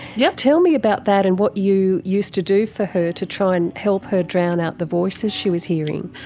yeah tell me about that and what you used to do for her to try and help her drown out the voices she was hearing?